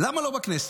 למה לא בכנסת?